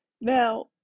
Now